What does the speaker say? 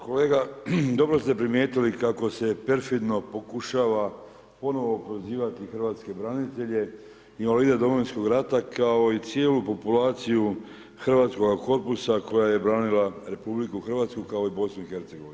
Kolega, dobro ste primijetili, kako se perfidno pokušava, ponovno prozivati hrvatske branitelje, invalide Domovinskog rata, kao i cijelu populaciju hrvatskoga … koja je branila RH kao i BIH.